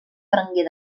berenguer